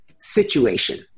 situation